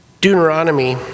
Deuteronomy